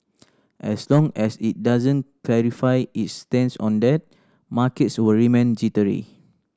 as long as it doesn't clarify its stance on that markets will remain jittery